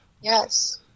Yes